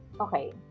okay